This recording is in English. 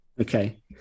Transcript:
Okay